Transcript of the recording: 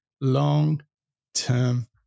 long-term